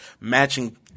matching